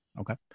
Okay